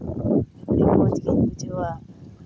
ᱢᱚᱡᱽ ᱜᱤᱧ ᱵᱩᱡᱷᱟᱹᱣᱟ